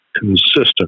consistent